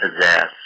possess